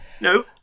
No